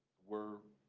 we're